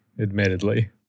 admittedly